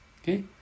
Okay